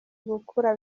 gukura